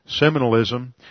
Seminalism